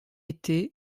été